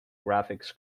graphics